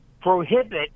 prohibit